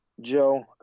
joe